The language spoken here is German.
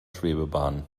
schwebebahn